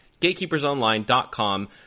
GatekeepersOnline.com